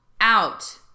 out